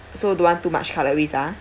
so don't want too much cutleries ah